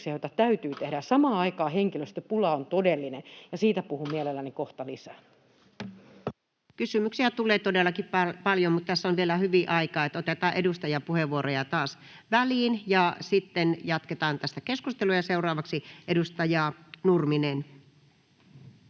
joita täytyy tehdä. Samaan aikaan henkilöstöpula on todellinen, ja siitä puhun mielelläni kohta lisää. Kysymyksiä tulee todellakin paljon, mutta tässä on vielä hyvin aikaa, niin että otetaan edustajapuheenvuoroja taas väliin, ja sitten jatketaan tästä keskustelua. — Seuraavaksi edustaja Nurminen.